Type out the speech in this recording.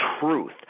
truth